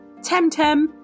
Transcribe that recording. Temtem